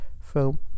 film